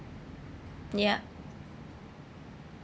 yup